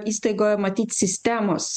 įstaigoje matyt sistemos